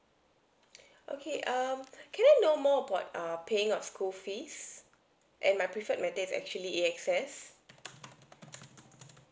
okay um can I know more about uh paying on school fees and my preferred method is actually A access